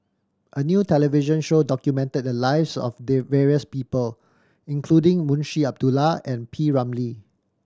a new television show documented the lives of the various people including Munshi Abdullah and P Ramlee